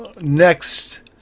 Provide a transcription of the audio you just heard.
next